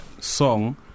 song